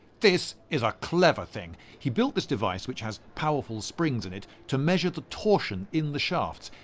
this is a clever thing. he built this device, which has powerful springs in it, to measure the torsion in the shafts.